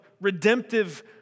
redemptive